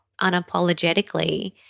unapologetically